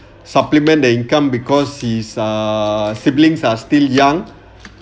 supplement their income because his ah siblings are still young